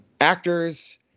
actors